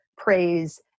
praise